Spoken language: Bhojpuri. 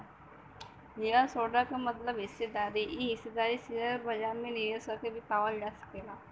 शेयरहोल्डर क मतलब हिस्सेदार इ हिस्सेदारी शेयर बाजार में निवेश कइके भी पावल जा सकल जाला